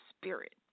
spirit